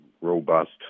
robust